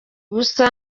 busa